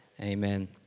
Amen